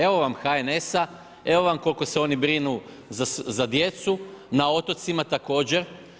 Evo vam HNS-a, evo vam koliko se oni brinu za djecu, na otocima također.